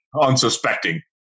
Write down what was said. unsuspecting